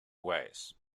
ways